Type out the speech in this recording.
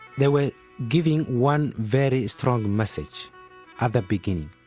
they were giving one very strong message at the beginning,